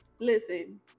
Listen